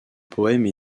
poèmes